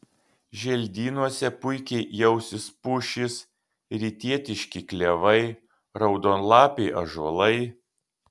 želdynuose puikiai jausis pušys rytietiški klevai raudonlapiai ąžuolai